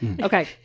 Okay